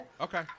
Okay